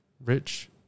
Rich